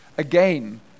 Again